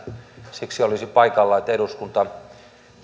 siksi olisi paikallaan että eduskunta